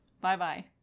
Bye-bye